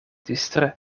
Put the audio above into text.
düstere